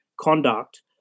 conduct